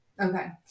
Okay